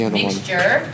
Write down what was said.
mixture